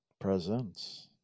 presence